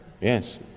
yes